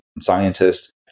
scientist